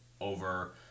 over